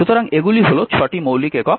সুতরাং এগুলি হল ছয়টি মৌলিক একক